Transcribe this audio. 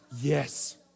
Yes